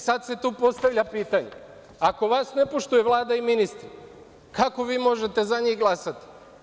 Sada se tu postavlja pitanje, ako vas ne poštuje Vlada i ministri, kako vi možete za njih glasati?